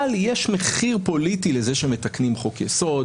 אבל יש מחיר פוליטי לזה שמתקנים חוק יסוד,